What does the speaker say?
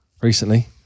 Recently